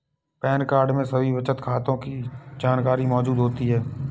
pan card में सभी बचत खातों की जानकारी मौजूद होती है